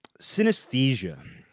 synesthesia